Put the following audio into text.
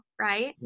Right